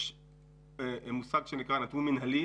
יש מושג שנקרא נתון מינהלי,